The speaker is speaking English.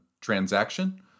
transaction